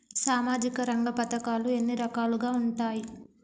సామాజిక రంగ పథకాలు ఎన్ని రకాలుగా ఉంటాయి?